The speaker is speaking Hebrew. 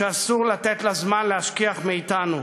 שאסור לתת לזמן להשכיח מאתנו.